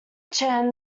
chen